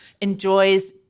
enjoys